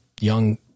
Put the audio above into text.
young